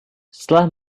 setelah